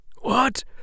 What